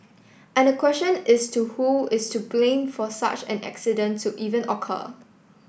and the question is to who is to blame for such an accident to even occur